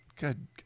Good